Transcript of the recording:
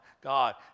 God